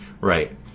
Right